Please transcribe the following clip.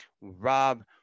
rob